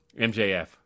MJF